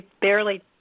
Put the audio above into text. barely